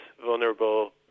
vulnerable